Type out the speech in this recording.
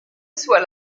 soit